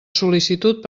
sol·licitud